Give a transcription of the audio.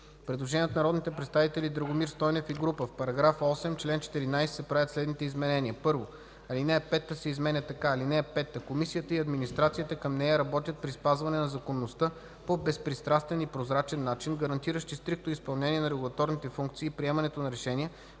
Предложение от народните представители Драгомир Стойнев, Таско Ерменков и Жельо Бойчев: „В § 8, чл. 14 се правят следните изменения: 1. Алинея 5 се изменя така: „(5) Комисията и администрацията към нея работят при спазване на законността – по безпристрастен и прозрачен начин, гарантиращи стриктно изпълнение на регулаторните функции и приемането на решения,